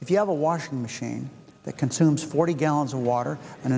if you have a washing machine that consumes forty gallons of water and